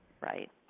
Right